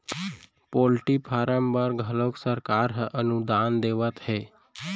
poultry farm बर घलोक सरकार ह अनुदान देवत हे